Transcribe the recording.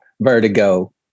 vertigo